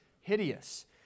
hideous